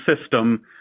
system